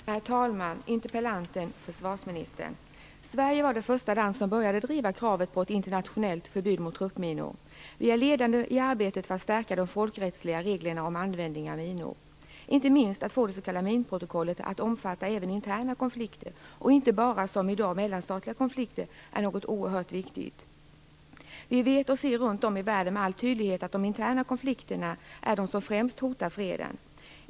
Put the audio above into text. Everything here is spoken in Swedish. Herr talman! Interpellanten! Försvarsministern! Sverige var det första land som började driva kravet på ett internationellt förbud mot truppminor. Vi är ledande i arbetet för att stärka de folkrättsliga reglerna om användning av minor. Inte minst att få det s.k. minprotokollet att omfatta även interna konflikter, och inte som i dag bara mellanstatliga konflikter, är något oerhört viktigt. Vi vet och ser runt om i världen med all tydlighet att de interna konflikterna är de som främst hotar freden.